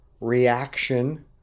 reaction